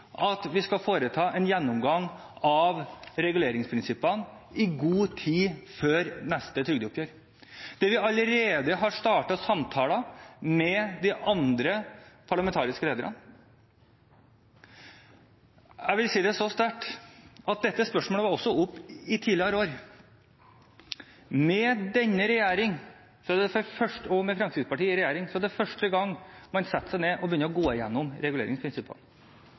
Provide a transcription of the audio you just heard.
at de skal foreta en gjennomgang av reguleringsprinsippene i god tid før neste trygdeoppgjør. Der har vi allerede startet samtaler med de andre parlamentariske lederne. Dette spørsmålet har også vært oppe i tidligere år. Jeg vil si det så sterkt at med denne regjering – med Fremskrittspartiet i regjering – er det første gang man setter seg ned og begynner å gå igjennom reguleringsprinsippene.